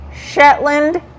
shetland